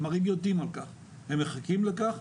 כלומר, הם יודעים על כך, הם מחכים לכך.